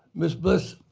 ms. bliss,